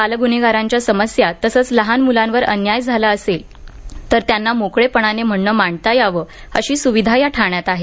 बाल गुन्हेगारांच्या समस्या तसंच लहान मुलांवर अन्याय झाला असेल तर त्यांना मोकळे पणाने म्हणणं मांडता यावं अशी सुविधा या ठाण्यात आहे